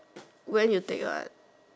where you take one